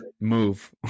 move